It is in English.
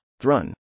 Thrun